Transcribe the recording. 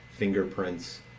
fingerprints